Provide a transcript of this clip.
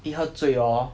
一喝醉 hor